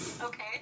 Okay